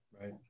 Right